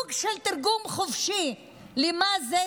סוג של תרגום חופשי לטרנספר.